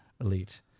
elite